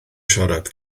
siarad